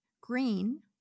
green